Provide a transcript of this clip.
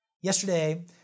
Yesterday